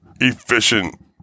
efficient